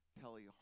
Kelly